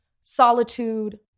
solitude